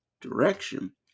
direction